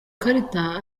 karita